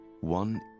One